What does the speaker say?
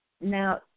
Now